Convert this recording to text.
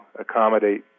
accommodate